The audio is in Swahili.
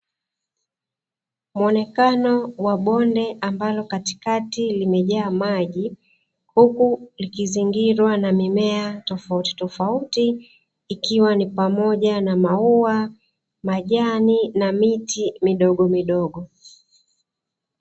Muonekano wa bonde ambalo katikati limejaa maji huku likizingirwa na mimea tofautitofauti ikiwa ni pamoja na maua, majani na miti midogomidogo.